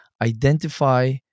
identify